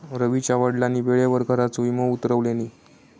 रवीच्या वडिलांनी वेळेवर घराचा विमो उतरवल्यानी